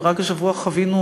ורק השבוע חווינו,